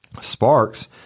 sparks